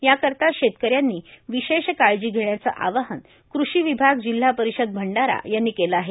याकरीता शेतकऱ्यांनी विशेष काळजी घेण्याचे आवाहन कृषी विभाग जिल्हा परिषद भंडारा यांनी केले आहे